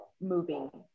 moving